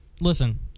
Listen